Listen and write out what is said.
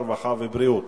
הרווחה והבריאות.